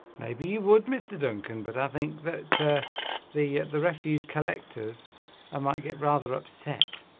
maybe you would mr. duncan but i think that the the refuse collectors i might get rather upset